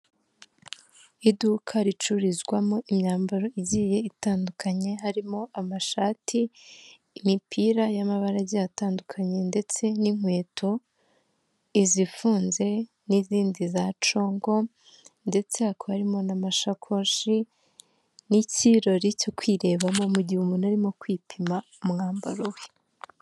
Iduka ricururizwamo imyambaro igiye itandukanye harimo: amashati, imipira y'amabarage atandukanye, ndetse n'inkweto izifunze, n'izindi za congo, ndetse hakaba harimo n'amashakoshi n'icyirori cyo kwirebamo mu gihe umuntu arimo kwitema umwambaro we.